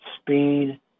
speed